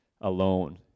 alone